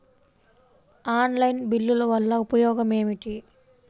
Online బిల్లుల వల్ల ఉపయోగమేమిటీ?